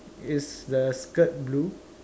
is the skirt blue